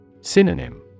Synonym